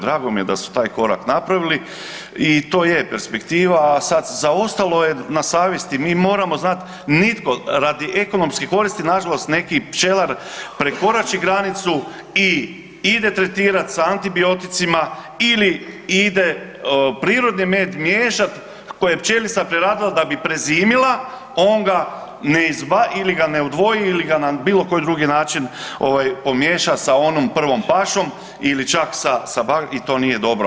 Drago mi je da su taj korak napravili i to je perspektiva, a sad za ostalo je na savjesti i moramo znati, nitko, radi ekonomske koristi nažalost neki pčelar prekorači granicu i ide tretirati s antibioticima ili ide prirodni med miješat koji je pčelica preradila da bi prezimila on ga ne, ili ga ne odvoji ili na ga na bilo koji drugi način ovaj pomiješa sa onom prvom pašom ili čak sa i to nije dobro.